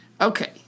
Okay